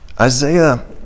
Isaiah